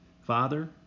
Father